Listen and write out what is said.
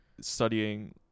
studying